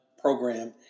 program